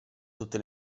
tutte